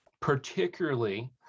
particularly